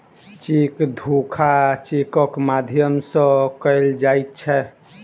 cheque धोखा चेकक माध्यम सॅ कयल जाइत छै